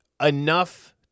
enough